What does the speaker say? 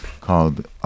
called